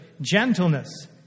gentleness